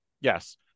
Yes